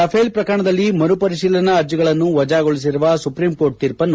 Rafale ಪ್ರಕರಣದಲ್ಲಿ ಮರುಪರಿಶೀಲನಾ ಅರ್ಜಿಗಳನ್ನು ವಜಾಗೊಳಿಸಿರುವ ಸುಪ್ರೀಂ ಕೋರ್ಟ್ ತೀರ್ಪನ್ನು